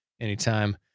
anytime